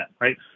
Right